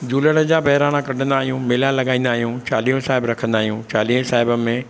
झुलण जा बहिराणा कढंदा आहियूं मेला लॻाईंदा आहियूं चालीहो साहिबु रखंदा आहियूं चालीहे साहिब में